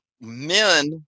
men